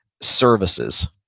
services